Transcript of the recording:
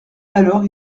alors